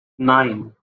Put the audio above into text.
nine